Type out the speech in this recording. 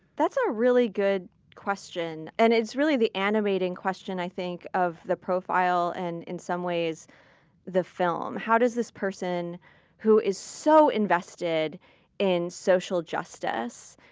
that's a really good question. and it's really the animating question, i think, of the profile and in some ways the film. how does this person who is so invested in social justice,